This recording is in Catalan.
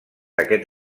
aquest